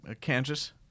Kansas